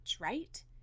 right